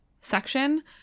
section